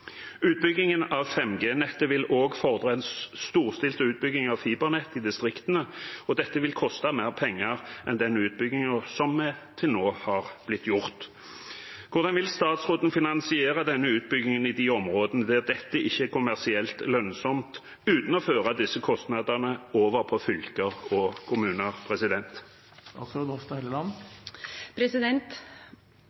vil også fordre en storstilt utbygging av fibernett i distriktene, og dette vil koste mer penger enn den utbyggingen som til nå har blitt gjort. Hvordan vil statsråden finansiere denne utbyggingen i de områdene der dette ikke er kommersielt lønnsomt, uten å føre disse kostnadene over på fylker og kommuner?